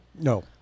No